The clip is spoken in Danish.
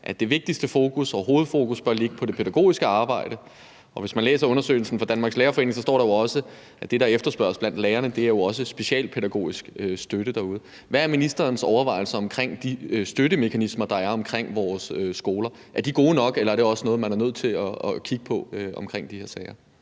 at det vigtigste fokus og hovedfokus bør ligge på det pædagogiske arbejde. Og hvis man læser undersøgelsen fra Danmarks Lærerforening, står der også, at det, der efterspørges blandt lærerne, er socialpædagogisk støtte derude. Hvad er ministerens overvejelser om de støttemekanismer, der er omkring vores skoler. Er de gode nok, eller er det også noget, man er nødt til at kigge på i forhold til de her sager?